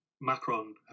Macron